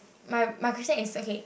my my question is okay